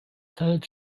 third